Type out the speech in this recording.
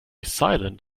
silent